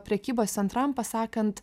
prekybos centram pasakant